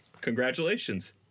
Congratulations